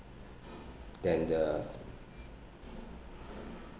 than the